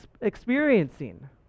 experiencing